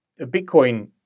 Bitcoin